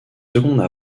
secondes